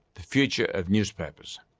the future of newspapers,